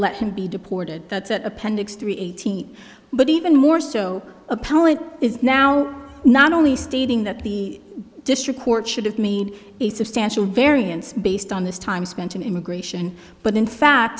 let him be deported that's at appendix three eighteen but even more so opponent is now not only stating that the district court should have made a substantial variance based on this time spent in immigration but in fact